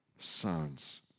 sons